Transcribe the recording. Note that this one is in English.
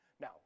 now